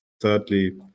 thirdly